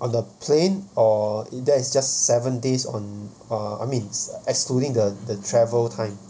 on the plane or that is just seven days on uh I mean it's excluding the the travel time